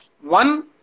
One